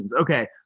Okay